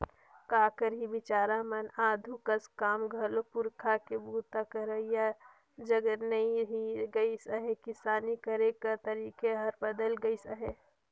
का करही बिचारा मन आघु कस काम घलो पूरखा के बूता करइया जग रहि नी गइस अहे, किसानी करे कर तरीके हर बदेल गइस अहे